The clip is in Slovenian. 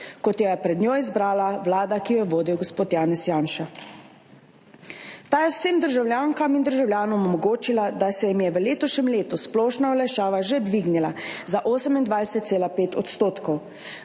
kot jo je pred njo izbrala vlada, ki jo je vodil gospod Janez Janša. Ta je vsem državljankam in državljanom omogočila, da se jim je v letošnjem letu splošna olajšava že dvignila za 28,5 %, dodatno